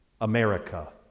America